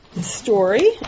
story